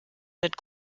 mit